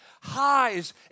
highs